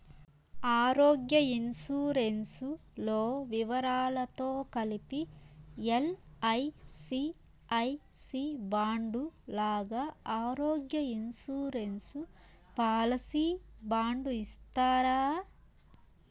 ఆరోగ్య ఇన్సూరెన్సు లో వివరాలతో కలిపి ఎల్.ఐ.సి ఐ సి బాండు లాగా ఆరోగ్య ఇన్సూరెన్సు పాలసీ బాండు ఇస్తారా?